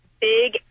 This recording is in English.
big